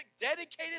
dedicated